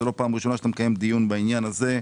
זה לא פעם ראשונה שאתה מקיים דיון בעניין הזה,